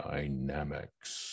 Dynamics